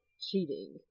cheating